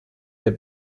der